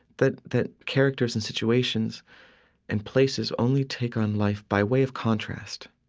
that that characters and situations and places only take on life by way of contrast.